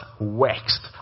waxed